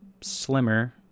slimmer